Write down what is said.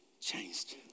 changed